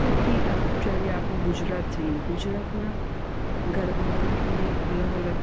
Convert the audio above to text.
ત્યાંથી જ્યારે આપણે ગુજરાતથી ગુજરાતમાં ગરબામાં તમને અલગ અલગ